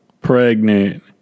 pregnant